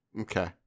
Okay